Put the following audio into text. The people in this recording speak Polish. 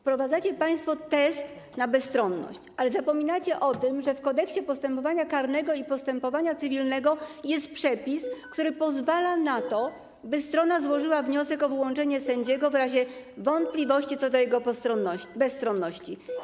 Wprowadzacie państwo test na bezstronność, ale zapominacie o tym, że w Kodeksie postępowania karnego i w Kodeksie postępowania cywilnego jest przepis, który pozwala na to, aby strona złożyła wniosek o wyłączenie sędziego w razie wątpliwości co do jego bezstronności.